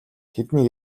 тэдний